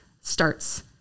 starts